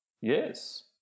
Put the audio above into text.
yes